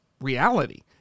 reality